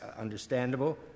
understandable